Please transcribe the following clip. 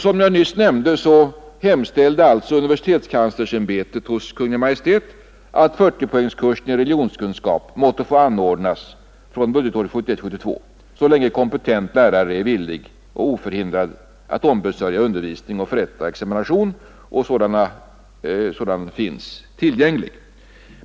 Som jag nyss nämnde hemställde alltså universitetskanslersämbetet hos Kungl. Maj:t att 40-poängskursen i religionskunskap måtte få anordnas fr.o.m. budgetåret 1971/72, så länge kompetent lärare är villig och oförhindrad att ombesörja undervisning och förrätta examination. Sådan lärare finns tillgänglig.